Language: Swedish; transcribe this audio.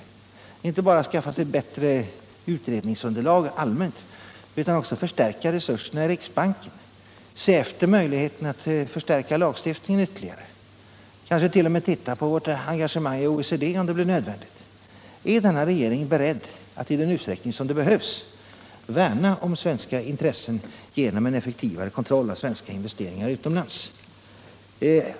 Det gäller inte bara att skaffa sig bättre utredningsunderlag rent allmänt utan också att förstärka resurserna i riksbanken, att undersöka möjligheterna att förstärka lagstiftningen ytterligare, kanske t.o.m. titta på vårt engagemang i OECD om så blir nödvändigt. Är den nuvarande regeringen beredd att i den utsträckning som behövs värna om svenska intressen genom en effektivare kontroll av svenska investeringar utomlands?